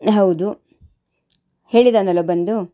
ಹೌದು ಹೇಳಿದ್ದಾನಲ್ಲ ಬಂದು